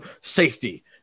safety